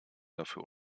dafür